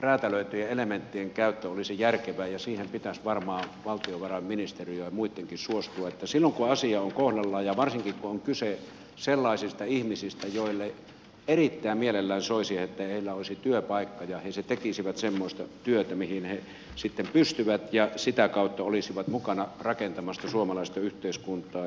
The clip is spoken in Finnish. räätälöityjen elementtien käyttö olisi järkevää ja siihen pitäisi varmaan valtiovarainministeriön ja muittenkin suostua silloin kun asia on kohdallaan ja varsinkin kun on kyse sellaisista ihmisistä joille erittäin mielellään soisi että heillä olisi työpaikka ja jotka tekisivät semmoista työtä mihin he pystyvät ja sitä kautta olisivat mukana rakentamassa suomalaista yhteiskuntaa